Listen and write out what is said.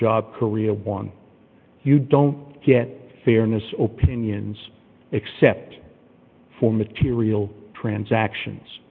job korea one you don't get fairness opinions except for material transactions